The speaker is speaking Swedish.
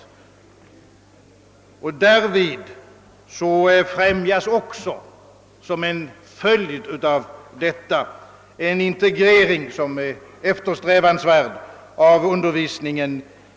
Därvid skulle också en efter strävansvärd integrering främjas av lärooch övningsämnen.